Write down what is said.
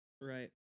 right